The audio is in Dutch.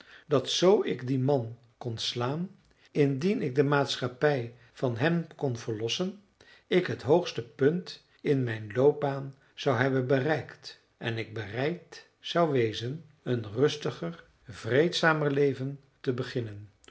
dat zoo ik dien man kon slaan indien ik de maatschappij van hem kon verlossen ik het hoogste punt in mijn loopbaan zou hebben bereikt en ik bereid zou wezen een rustiger vreedzamer leven te beginnen